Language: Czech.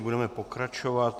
Budeme pokračovat.